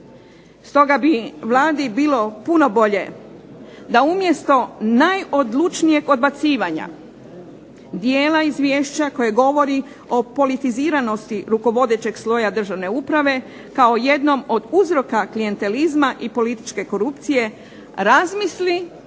Stoga bi Vladi bilo puno bolje da umjesto najodlučnijeg odbacivanja dijela izvješća koje govori o politiziranosti rukovodećeg sloja državne uprave kao jednom od uzroka klijentelizma i političke korupcije, razmisli